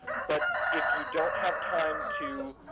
but if you don't have time to